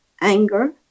anger